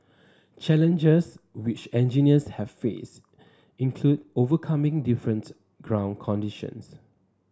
challenges which engineers have faced include overcoming different ground conditions